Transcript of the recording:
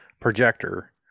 projector